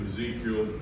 Ezekiel